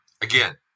again